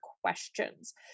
questions